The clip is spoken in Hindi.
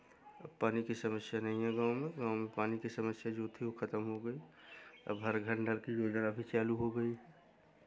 पानी की समस्या नहीं है गाँव में गाँव में पानी की समस्या जो थी वो खत्म हो गई अब हर घर नल कि योजना भी चलो हो गई